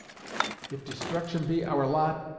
if destruction be our lot,